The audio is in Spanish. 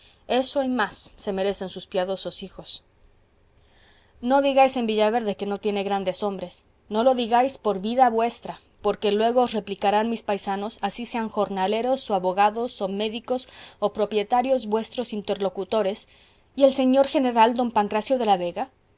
eso y más se merecen sus piadosos hijos no digáis en villaverde que no tiene grandes hombres no lo digáis por vida vuestra porque luego os replicarán mis paisanos así sean jornaleros o abogados o médicos o propietarios vuestros interlocutores y el señor general don pancracio de la vega